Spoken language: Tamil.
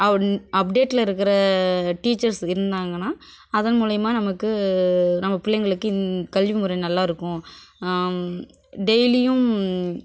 அவு அப்டேட்ல இருக்கிற டீச்சர்ஸ் இருந்தாங்கன்னா அதன் மூலயமா நமக்கு நம்ம பிள்ளைங்களுக்கு இந் கல்விமுறை நல்லா இருக்கும் டெய்லியும்